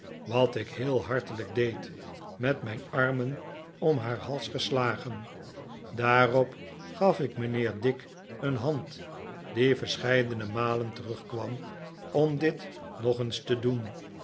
wat ik heel hartelijk deed met mijn armen om haar hals geslagen daarop gaf ik mijnheer dick een hand die verscheidene malen terugkwam om dit nog eens te doen